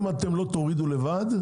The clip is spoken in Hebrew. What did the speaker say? אם אתם לא תורידו לבד,